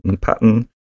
pattern